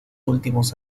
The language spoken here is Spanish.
últimos